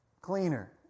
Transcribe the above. cleaner